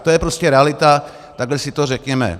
To je prostě realita, takhle si to řekněme.